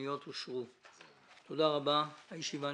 הצבעה בעד פה אחד פניות מספר 428,